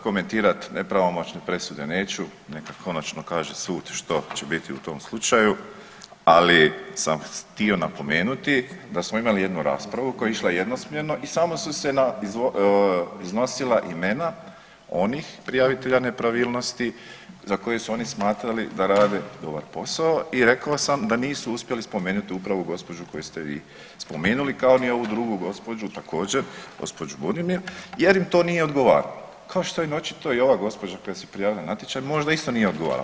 Komentirat nepravomoćne presude neću, neka konačno kaže sud što će biti u tom slučaju, ali sam htio napomenuti da smo imali jednu raspravu koja je išla jednosmjerno i samo su se iznosila imena onih prijavitelja nepravilnosti za koje su oni smatrali da rade dobar posao i rekao sam da nisu uspjeli spomenuti upravo gospođu koju ste vi spomenuli, kao ni ovu drugu gospođu također gospođu Budimir jer im to nije odgovaralo, kao što im očito i ova gospođa koja se prijavila na natječaj možda isto nije odgovarala.